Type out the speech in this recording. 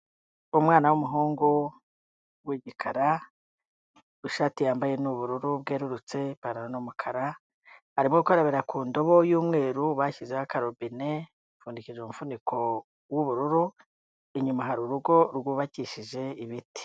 Umwana w'umuhungu w'igikara, ishati yambaye ni ubururu bwererutse ipantaro ni umukara, arimo gukarabira ku ndobo y'umweru bashyizeho akarobine ipfundikije umufuniko w'ubururu, inyuma hari urugo rwubakishije ibiti.